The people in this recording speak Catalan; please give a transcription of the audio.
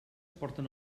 porten